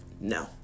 no